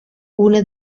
una